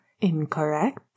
incorrect